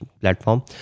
platform